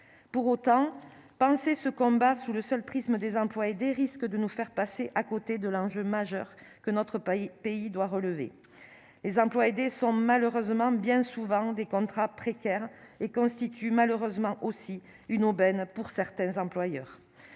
pour autant penser ce combat sous le seul prisme des emplois aidés, risque de nous faire passer à côté de l'enjeu majeur que notre pays pays doit relever les emplois aidés sont malheureusement bien souvent des contrats précaires et constitue malheureusement aussi une aubaine pour certains employeurs